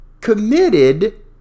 committed